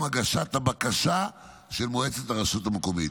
הגשת הבקשה של מועצת הרשות המקומית.